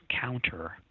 counter